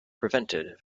prevented